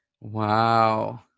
Wow